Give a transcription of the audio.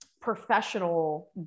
professional